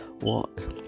walk